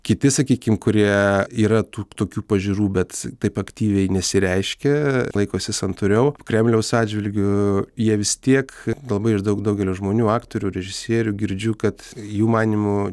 kiti sakykim kurie yra tų tokių pažiūrų bet taip aktyviai nesireiškia laikosi santūriau kremliaus atžvilgiu jie vis tiek labai iš daug daugelio žmonių aktorių režisierių girdžiu kad jų manymu